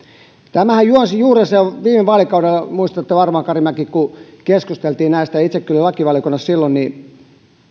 tämähän juonsi juurensa jo viime vaalikauteen muistatte varmaan karimäki kun keskustelimme näistä ja itsekin olin lakivaliokunnassa silloin ja